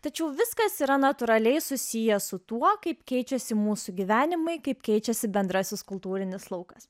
tačiau viskas yra natūraliai susiję su tuo kaip keičiasi mūsų gyvenimai kaip keičiasi bendrasis kultūrinis laukas